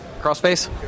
Crossface